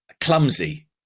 clumsy